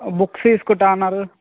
books తీసుకుంటాను అన్నారు